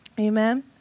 Amen